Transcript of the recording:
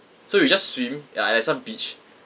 so we just swim ya at some beach